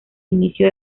inicio